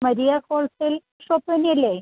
Maria wholesale shop തന്നെയല്ലേ